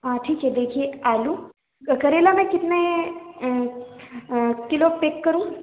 आ ठीक है देखिए आलू करेला में कितने किलो पैक करूं